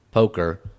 Poker